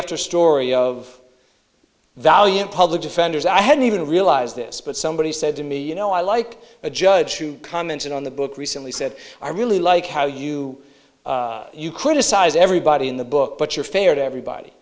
after story of valiant public defenders i hadn't even realized this but somebody said to me you know i like a judge who commented on the book recently said i really like how you you criticize everybody in the book but you're fair to everybody